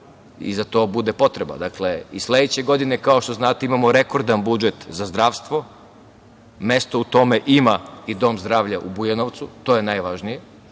i za to bude potreba.I sledeće godine, kao što znate, imamo rekordan budžet za zdravstvo. Mesto u tome ima i Dom zdravlja u Bujanovcu. To je najvažnije. Po